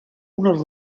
unes